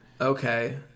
Okay